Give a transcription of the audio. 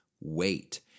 Wait